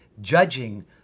judging